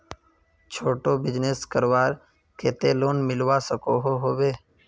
छोटो बिजनेस करवार केते लोन मिलवा सकोहो होबे?